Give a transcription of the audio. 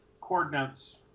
Coordinates